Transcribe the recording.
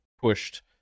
pushed